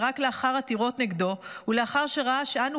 ורק לאחר עתירות נגדו ולאחר שראה שאנו,